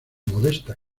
modesta